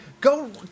Go